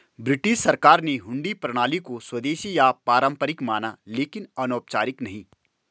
British सरकार ने हुंडी प्रणाली को स्वदेशी या पारंपरिक माना लेकिन अनौपचारिक नहीं